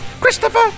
Christopher